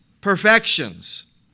perfections